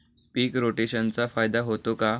पीक रोटेशनचा फायदा होतो का?